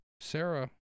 Sarah